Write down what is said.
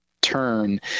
turn